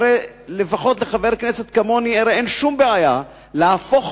והרי לפחות לחבר כנסת כמוני אין שום בעיה להפוך